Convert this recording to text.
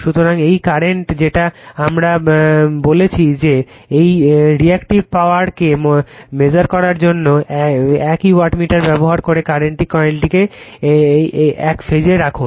সুতরাং এই কারেন্ট যেটা আমরা বলেছি যে এই রিএক্টিভে পাওয়ার কে মেজার করার জন্য একই ওয়াটমিটার ব্যবহার করে কারেন্ট কয়েলটিকে এক ফেজে রাখুন